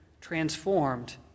transformed